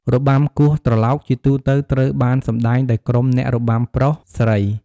របាំគោះត្រឡោកជាទូទៅត្រូវបានសម្តែងដោយក្រុមអ្នករបាំប្រុស-ស្រី។